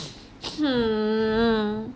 hmm